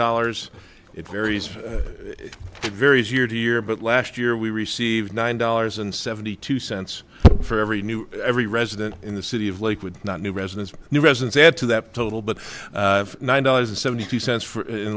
dollars it varies varies year to year but last year we received nine dollars and seventy two cents for every new every resident in the city of lakewood not new residents new residents add to that total but nine dollars to seventy cents for in